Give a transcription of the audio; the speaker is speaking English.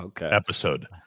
episode